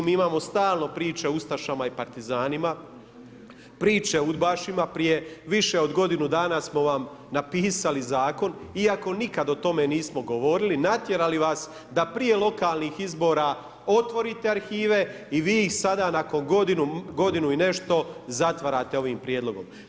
Mi imamo stalno priče o ustašama i partizanima, priče o udbašima prije više od godinu dana smo vam napisali Zakon iako nikad o tome nismo govorili, natjerali vas da prije lokalnih izbora otvorite arhive i vi ih sada nakon godinu i nešto zatvarate ovim prijedlogom.